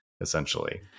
essentially